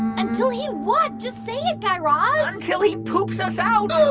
until he what? just say it, guy raz until he poops us out